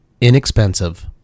inexpensive